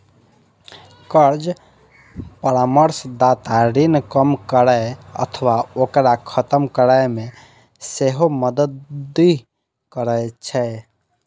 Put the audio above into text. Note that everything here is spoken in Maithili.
कर्ज परामर्शदाता ऋण कम करै अथवा ओकरा खत्म करै मे सेहो मदति करै छै